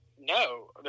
No